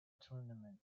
tournament